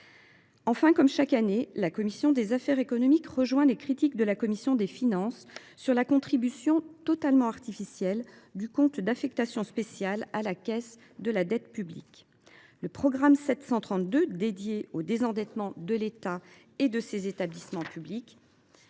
Enfin, comme chaque année, la commission des affaires économiques rejoint les critiques de la commission des finances sur la contribution totalement artificielle du CAS à la réduction de la dette publique. Le programme 732 « Désendettement de l’État et d’établissements publics